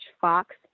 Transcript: Fox